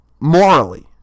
morally